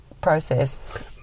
process